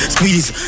Squeeze